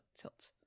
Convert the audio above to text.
tilt